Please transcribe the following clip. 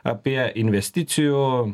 apie investicijų